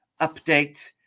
update